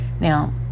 Now